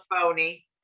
phony